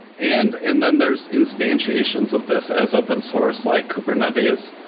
and and then there's instantiations of this as open source, like kubernetes,